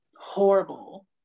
horrible